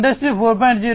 industry 4